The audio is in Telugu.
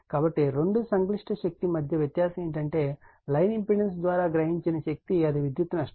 కాబట్టి రెండు సంక్లిష్ట శక్తి మధ్య వ్యత్యాసం ఏమిటంటే లైన్ ఇంపెడెన్స్ ద్వారా గ్రహించిన శక్తి అది విద్యుత్ నష్టం